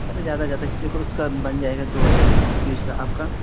अरे ज़्यादा से ज़्यादा से उसका बन जाएगा दो हज़ार में फ्यूज़ का आपका